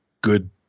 good